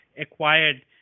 acquired